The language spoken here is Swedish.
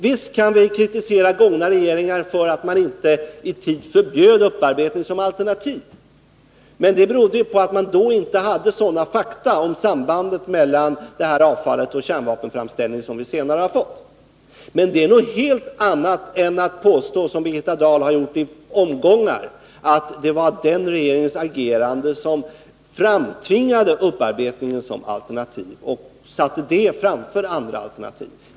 Visst kan vi kritisera tidigare regeringar för att de inte i tid förbjöd upparbetning som alternativ — det berodde dock på att man då inte hade sådana fakta om sambandet mellan detta avfall och kärnvapenframställning som vi senare fått — men det är något helt annat än att påstå, som Birgitta Dahl gjort i omgångar, att det var dessa regeringars agerande som framtvingade upparbetning som alternativ och satte det framför andra alternativ.